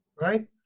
right